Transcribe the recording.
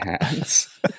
hands